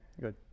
good